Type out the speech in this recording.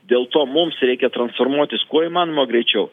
dėl to mums reikia transformuotis kuo įmanoma greičiau